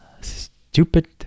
stupid